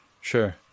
sure